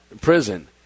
prison